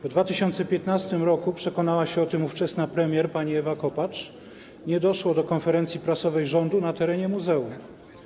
W 2015 r. przekonała się o tym ówczesna premier pani Ewa Kopacz - nie doszło do konferencji prasowej rządu na terenie muzeum.